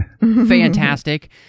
fantastic